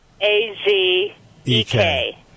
A-Z-E-K